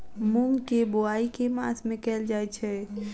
मूँग केँ बोवाई केँ मास मे कैल जाएँ छैय?